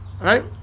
right